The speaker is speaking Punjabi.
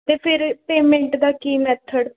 ਅਤੇ ਫਿਰ ਪੇਮੈਂਟ ਦਾ ਕੀ ਮੈਥਡ